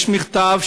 יש מכתב,